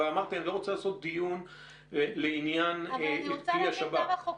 ואני לא רוצה לעשות דיון לעניין כלי השב"כ.